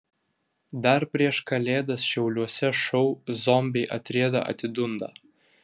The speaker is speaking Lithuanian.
dar prieš kalėdas šiauliuose šou zombiai atrieda atidunda